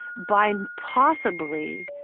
by and possibly.